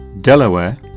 Delaware